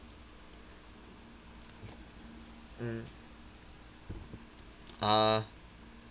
mm uh